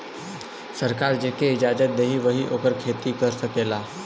सरकार जेके इजाजत देई वही ओकर खेती कर सकेला